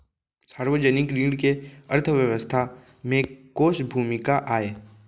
सार्वजनिक ऋण के अर्थव्यवस्था में कोस भूमिका आय?